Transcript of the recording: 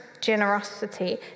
generosity